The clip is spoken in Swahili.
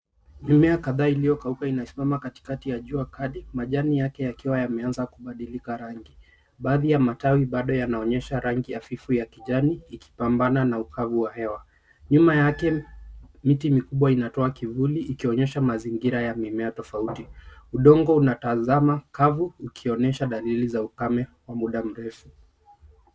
Mimea kadhaa iliyokauka imesimama katikati ya jua kali, majani yake yakiwa yameanza kubadilika rangi. Baadhi ya matawi bado yanaonyesha rangi hafifu ya kijani ikipambana na ukavu wa hewa. Nyuma yake miti mikubwa inatoa kivuli ikionyesha mazingira ya mimea tofauti. Udongo una tazamo kavu ukionyesha dalili za ukame wa muda mrefu.